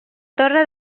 torre